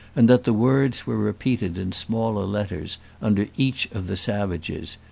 and that the words were repeated in smaller letters under each of the savages.